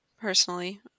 personally